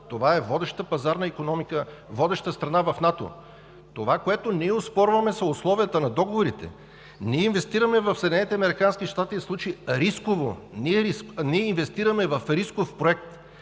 Това е водеща пазарна икономика, водеща страна в НАТО. Това, което ние оспорваме, са условията на договорите. В случая ние инвестираме в Съединените американски щати рисково. Ние инвестираме в рисков проект!